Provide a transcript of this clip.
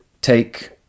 take